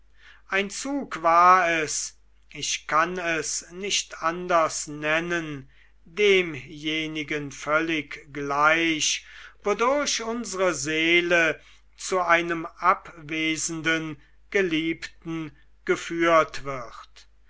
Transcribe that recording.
ein zug war es ich kann es nicht anders nennen demjenigen völlig gleich wodurch unsre seele zu einem abwesenden geliebten geführt wird